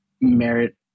merit